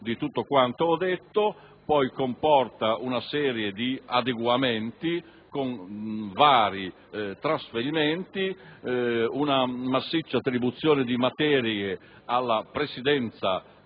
ho ricordato. Esso introduce poi una serie di adeguamenti con vari trasferimenti, una massiccia attribuzione di materie alla Presidenza